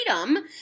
freedom